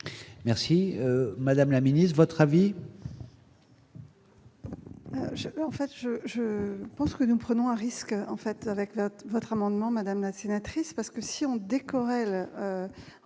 Merci madame la Ministre votre avis.